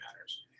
matters